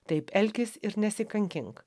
taip elkis ir nesikankink